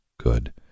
good